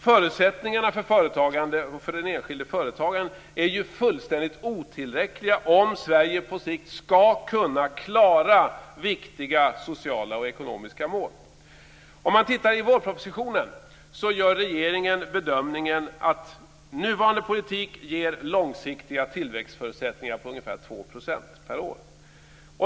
Förutsättningarna för företagande och för den enskilde företagaren är ju fullständigt otillräckliga om Sverige på sikt ska kunna klara viktiga sociala och ekonomiska mål. Om man tittar i vårpropositionen gör regeringen bedömningen att nuvarande politik ger långsiktiga tillväxtförutsättningar på ungefär 2 % per år.